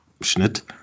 Schnitt